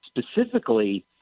specifically